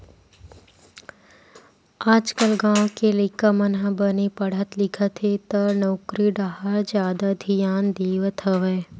आजकाल गाँव के लइका मन ह बने पड़हत लिखत हे त नउकरी डाहर जादा धियान देवत हवय